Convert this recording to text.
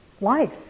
life